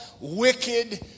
wicked